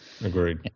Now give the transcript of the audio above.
agreed